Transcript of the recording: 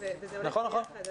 אנחנו עובדים על מערכת,